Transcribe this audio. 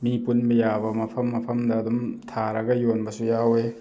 ꯃꯤ ꯄꯨꯟꯕ ꯌꯥꯕ ꯃꯐꯝ ꯃꯐꯝꯗ ꯑꯗꯨꯝ ꯊꯥꯔꯒ ꯌꯣꯟꯕꯁꯨ ꯌꯥꯎꯋꯤ